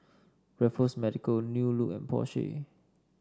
Raffles Medical New Look and Porsche